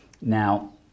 Now